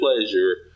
pleasure